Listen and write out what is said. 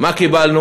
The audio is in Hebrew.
מה קיבלנו?